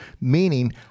Meaning